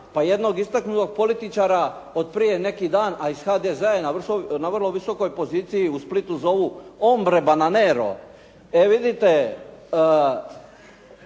pa jednog istaknutog političara od prije neki dan, a iz HDZ-a je na vrlo visokoj poziciji u Splitu, zovu "hombre bananero". E vidite,